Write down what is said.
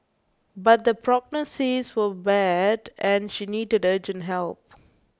but the prognosis was bad and she needed urgent help